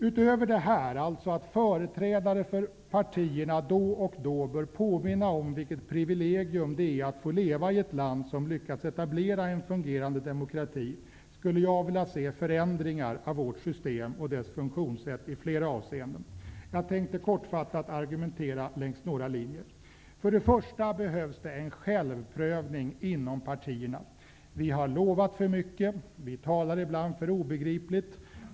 Utöver detta, alltså att företrädare för partierna då och då bör påminna om vilket privilegium det är att få leva i ett land som lyckats etablera en fungerande demokrati, skulle jag vilja se förändringar av vårt system och dess funktionssätt i flera avseenden. Jag tänkte kortfattat argumentera längs några linjer. För det första behövs det en självprövning inom partierna. Vi har lovat för mycket. Vi talar ibland för obegripligt.